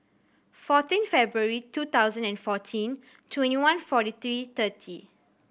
fourteen February two thousand and fourteen twenty one forty three thirty